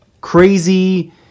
crazy